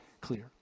clear